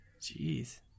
Jeez